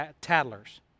tattlers